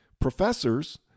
professors